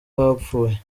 bapfuye